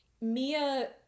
Mia